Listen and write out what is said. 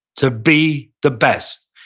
to be the best.